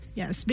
yes